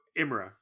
Imra